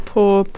Poor